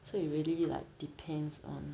so you really need like depends on